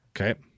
Okay